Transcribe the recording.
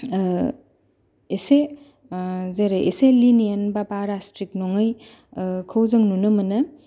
एसे जेरै एसे लिनिएन्ट बा बारा स्थ्रिक नङै खौ जों नुनो मोनो